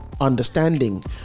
understanding